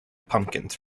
pumpkins